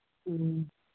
ꯎꯝ